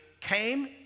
came